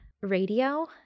radio